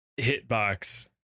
hitbox